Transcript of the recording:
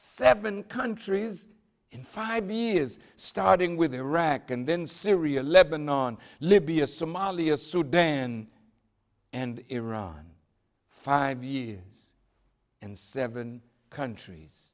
seven countries in five years starting with iraq and then syria lebannon libya somalia sudan and iran five years and seven countries